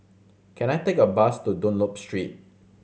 can I take a bus to Dunlop Street